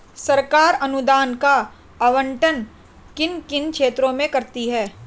सरकार अनुदान का आवंटन किन किन क्षेत्रों में करती है?